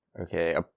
Okay